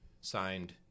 Signed